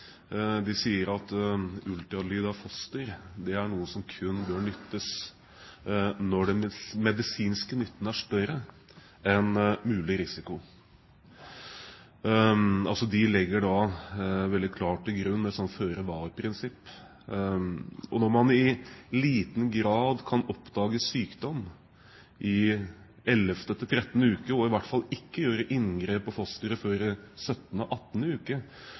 sier at ultralyd av foster er noe som kun bør nyttes når den medisinske nytten er større enn mulig risiko. De legger altså veldig klart til grunn et føre-var-prinsipp. Og når man i liten grad kan oppdage sykdom i 11.–13. uke, og i hvert fall ikke kan gjøre inngrep på fosteret før